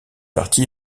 parti